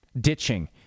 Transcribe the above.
ditching